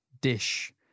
dish